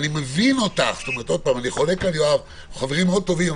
אני חולק על יואב,